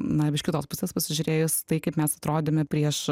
na iš kitos pusės pasižiūrėjus tai kaip mes atrodėme prieš